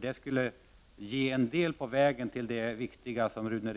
Det skulle bidra till de positiva effekter som Rune